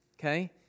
okay